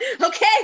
okay